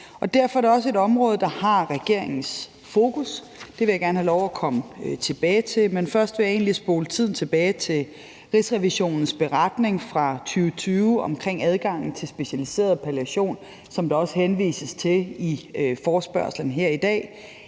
Derfor er det også et område, der har regeringens fokus. Det vil jeg gerne have lov at komme tilbage til, men først vil jeg egentlig spole tiden tilbage til Rigsrevisionens beretning fra 2020 omkring adgangen til specialiseret palliation, som der også henvises til i forespørgslen her i dag;